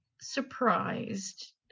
surprised